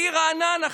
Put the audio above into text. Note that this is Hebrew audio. בעיר רעננה,